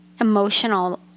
emotional